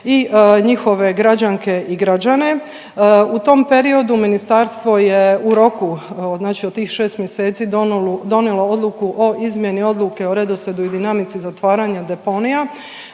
i njihove građanke i građane. U tom periodu ministarstvo je u roku od, znači od tih 6 mjeseci donijelo odluku o izmijeni Odluke o redoslijedu i dinamici zatvaranja deponija,